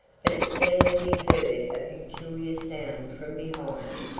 but it seemed that he heard a peculiar sound from behind,